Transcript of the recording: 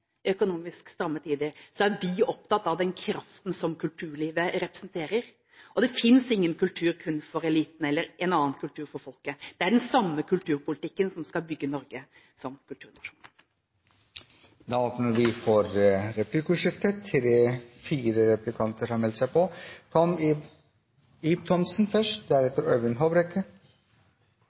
økonomisk stramme tider er vi opptatt av den kraften som kulturlivet representerer. Det finnes ingen kultur kun for eliten og en annen kultur for folket. Det er den samme kulturpolitikken som skal bygge Norge som kulturnasjon. Det åpnes for replikkordskifte. Vi får nå inn tall som